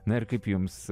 na ir kaip jums